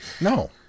No